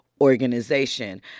organization